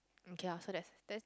okay lah so that's that